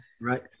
right